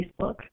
Facebook